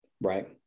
Right